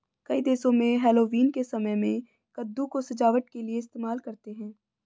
कई देशों में हैलोवीन के समय में कद्दू को सजावट के लिए इस्तेमाल करते हैं